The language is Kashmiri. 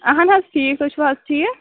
اَہن حظ ٹھیٖک تُہۍ چھُو حظ ٹھیٖک